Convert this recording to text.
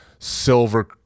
silver